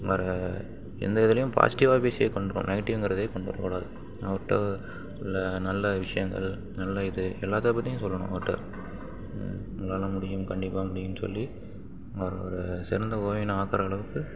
வேறு எந்த இதுலேயும் பாசிட்டிவாக பேசியே கொண்டு வரணும் நெகட்டிவ்ங்கிறதையே கொண்டு வரக்கூடாது அவர்கிட்ட உள்ள நல்ல விஷயங்கள் நல்ல இது எல்லாத்தைப் பற்றியும் சொல்லணும் அவர்கிட்ட உங்களால் முடியும் கண்டிப்பாக முடியும்னு சொல்லி அவரை ஒரு சிறந்த ஓவியனாக ஆக்குகிற அளவுக்கு